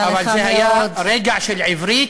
זה היה רגע של עברית,